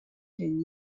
ten